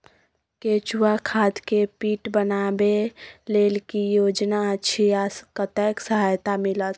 केचुआ खाद के पीट बनाबै लेल की योजना अछि आ कतेक सहायता मिलत?